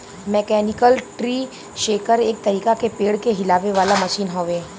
mechanical tree shaker एक तरीका के पेड़ के हिलावे वाला मशीन हवे